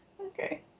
Okay